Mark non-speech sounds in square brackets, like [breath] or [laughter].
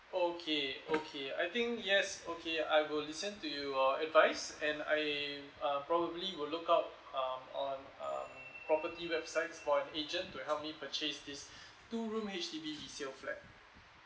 okay okay I think yes okay I will listen to your uh advice and I uh probably will look out um on um property websites for an agent to help me purchase this [breath] two room H_D_B resale flat